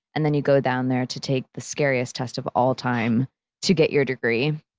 and then you go down there to take the scariest test of all time to get your degree.